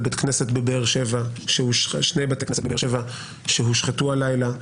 שני בתי כנסת בבאר שבע שהושחתו הלילה.